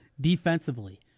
Defensively